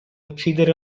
uccidere